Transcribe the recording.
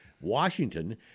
Washington